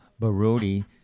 Barodi